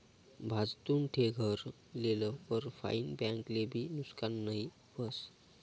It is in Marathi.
भाजतुन ठे घर लेल कर फाईन बैंक ले भी नुकसान नई व्हस